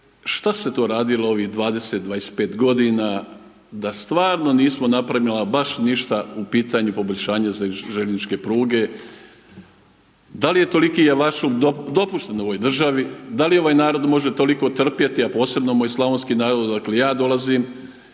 što se to radilo ovih 20, 25 g. da stvarno nismo napravili ama baš ništa u pitanju poboljšanja željezničke pruge, da li je toliki .../Govornik se ne razumije./... dopušten u ovoj državi, da li ovaj narod može toliko trpjeti a posebno moj slavonski narod odakle ja dolazim,